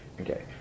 Okay